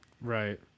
Right